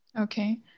Okay